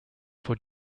for